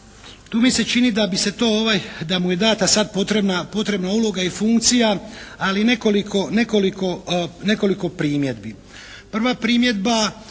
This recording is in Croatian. da bi se to, da mu je dana sad potrebna uloga i funkcija, ali nekoliko primjedbi. Prva primjedba,